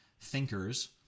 thinkers